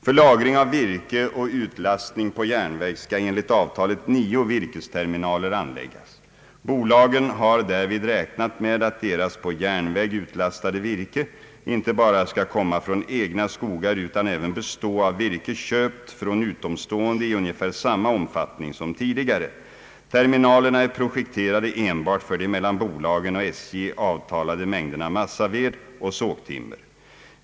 För lagring av virke och utlastning på järnväg skall enligt avtalet nio vir 'kesterminaler anläggas. Bolagen har därvid räknat med att deras på järnväg utlastade virke inte bara skall komma från egna skogar utan även bestå av virke köpt från utomstående i ungefär samma omfattning som tidigare. Ter minalerna är projekterade enbart för de mellan bolagen och SJ avtalade mängderna massaved och sågtimmer.